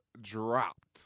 dropped